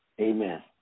Amen